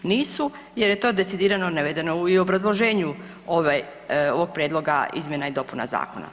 Nisu jer je to decidirano navedeno i u obrazloženju ovog Prijedloga izmjena i dopuna Zakona.